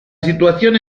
situación